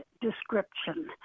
description